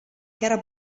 chiara